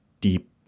deep